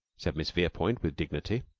said miss verepoint, with dignity.